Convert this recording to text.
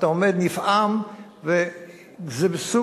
ואתה עומד נפעם.